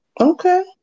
Okay